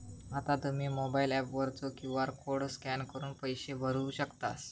आता तुम्ही mobile app वरचो क्यू.आर कोड स्कॅन करून पैसे भरू शकतास